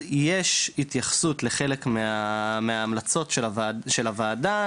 יש התייחסות לחלק מההמלצות של הוועדה.